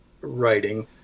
writing –